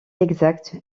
exact